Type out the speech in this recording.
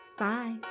Bye